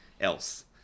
else